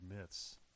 myths